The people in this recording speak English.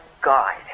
God